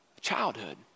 childhood